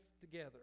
together